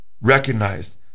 recognized